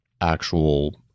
actual